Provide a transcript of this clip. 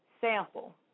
sample